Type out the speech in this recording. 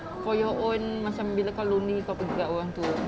for you own macam bila kau lonely kau pergi kat orang tu